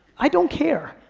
i don't care.